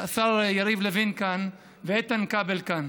השר יריב לוין כאן ואיתן כבל כאן.